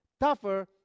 tougher